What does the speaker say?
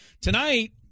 tonight